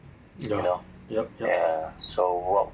ya yup yup